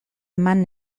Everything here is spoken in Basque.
eman